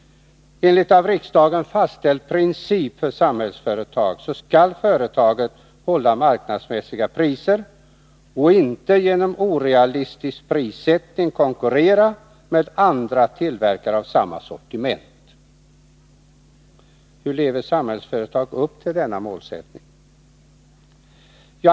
Enligt av riksdagen fastställd princip för Samhällsföretag skall företaget hålla marknadsmässiga priser och inte genom orealistisk prissättning konkurrera med andra tillverkare av samma sortiment. Hur lever Samhällsföretag upp till denna målsättning?